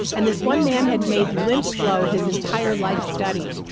and this one man had made lymph flow his entire life study.